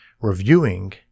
reviewing